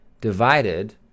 divided